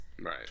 Right